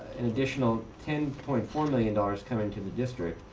an additional ten point four million dollars coming to the district.